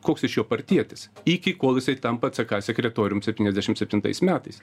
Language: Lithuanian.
koks iš jo partietis iki kol jisai tampa ck sekretorium septyniasdešim septintais metais